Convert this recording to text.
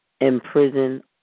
imprison